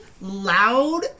loud